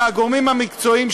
הגורמים המקצועיים,